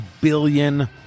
billion